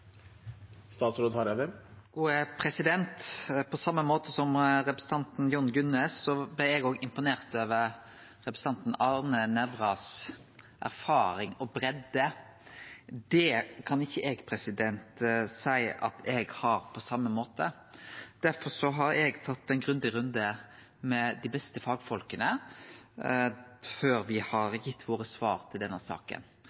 På same måte som representanten Jon Gunnes blei eg òg imponert over representanten Arne Nævras erfaring og breidde. Det kan ikkje eg seie at eg har på same måte. Derfor har eg tatt ein grundig runde med dei beste fagfolka før me har gitt svara våre til denne saka.